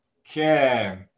Okay